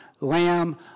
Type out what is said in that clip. Lamb